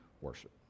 worship